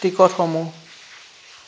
টিকটসমূহ